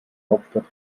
hauptstadt